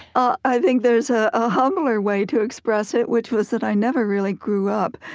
ah i think there's ah a humbler way to express it, which was that i never really grew up.